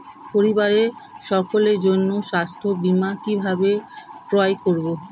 পরিবারের সকলের জন্য স্বাস্থ্য বীমা কিভাবে ক্রয় করব?